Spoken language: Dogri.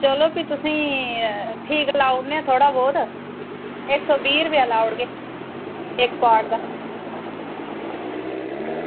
चलो भी तुसेंई ठीक लाई ओड़ने आं थोह्ड़ा बौह्त इक सौ बीह् रपेआ लाई ओड़गे इक पाट दा